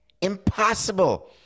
Impossible